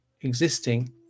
existing